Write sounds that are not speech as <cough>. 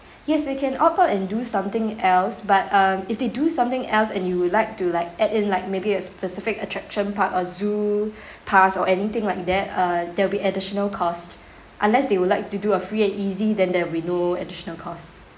<breath> yes we can opt out and do something else but um if they do something else and you would like to like add in like maybe a specific attraction park or zoo <breath> pass or anything like that uh they'll be additional cost unless they would like to do a free and easy then there will be no additional cost